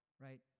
right